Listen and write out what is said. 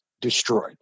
destroyed